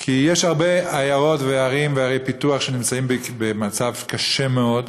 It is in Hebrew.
כי יש הרבה עיירות וערים וערי פיתוח שנמצאים במצב קשה מאוד,